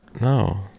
no